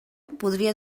podria